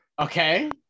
Okay